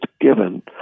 given